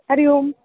हरिः ओम्